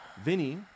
Vinny